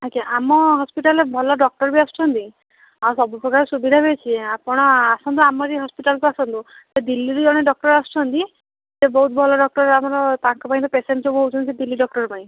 ଆଜ୍ଞା ଆମ ହସ୍ପିଟାଲ୍ରେ ଭଲ ଡକ୍ଟର୍ ବି ଆସୁଛନ୍ତି ଆଉ ସବୁପ୍ରକାର ସୁବିଧା ବି ଅଛି ଆପଣ ଆସନ୍ତୁ ଆମରି ହସ୍ପିଟାଲ୍କୁ ଆସନ୍ତୁ ଦିଲ୍ଲୀରୁ ଜଣେ ଡକ୍ଟର୍ ଆସୁଛନ୍ତି ସେ ବହୁତ ଭଲ ଡକ୍ଟର୍ ଆମର ତାଙ୍କ ପାଇଁ ତ ପେସେଣ୍ଟ୍ ସବୁ ହେଉଛନ୍ତି ଦିଲ୍ଲୀ ଡକ୍ଟର୍ ପାଇଁ